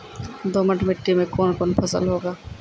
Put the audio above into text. दोमट मिट्टी मे कौन कौन फसल होगा?